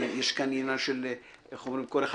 כי יש כאן עניין שכל אחד,